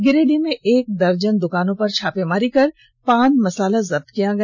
गिरिडीह में एक दर्जन दुकानों पर छापेमारी कर पान मसाला और जब्त किया गया